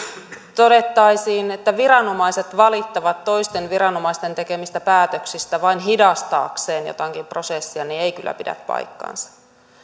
todettaisiin että viranomaiset valittavat toisten viranomaisten tekemistä päätöksistä vain hidastaakseen jotakin prosessia ei kyllä pidä paikkaansa